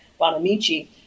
Bonamici